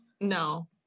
No